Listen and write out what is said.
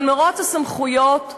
אבל מירוץ הסמכויות הוא